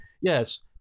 yes